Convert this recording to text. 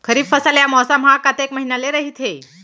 खरीफ फसल या मौसम हा कतेक महिना ले रहिथे?